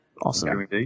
Awesome